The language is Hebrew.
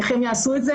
איך הם יעשו את זה?